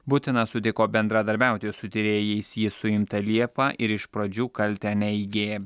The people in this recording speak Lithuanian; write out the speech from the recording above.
butina sutiko bendradarbiauti su tyrėjais ji suimta liepą ir iš pradžių kaltę neigė